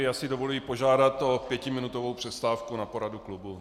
Já si dovoluji požádat o pětiminutovou přestávku na poradu klubu.